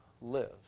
live